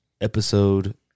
Episode